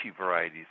varieties